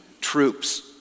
troops